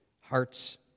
hearts